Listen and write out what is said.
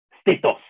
status